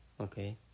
okay